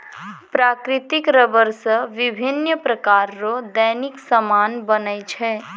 प्राकृतिक रबर से बिभिन्य प्रकार रो दैनिक समान बनै छै